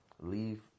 Leave